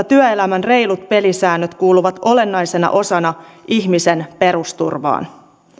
työelämän reilut pelisäännöt kuuluvat olennaisena osana ihmisen perusturvaan